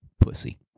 pussy